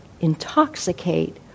intoxicate